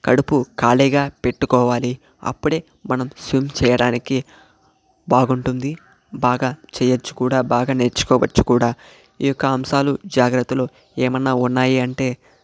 కడుపు ఖాళీగా పెట్టుకోవాలి అప్పుడే మనం స్విమ్ చేయడానికి బాగుంటుంది బాగా చేయొచ్చు కూడా బాగా నేర్చుకోవచ్చు కూడా ఈ యొక్క అంశాలు జాగ్రత్తలు ఏమన్నా ఉన్నాయి అంటే